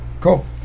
Cool